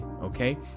okay